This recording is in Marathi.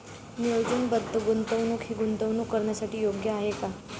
नियोजनबद्ध गुंतवणूक हे गुंतवणूक करण्यासाठी योग्य आहे का?